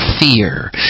fear